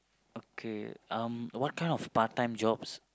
okay um what kind of part time jobs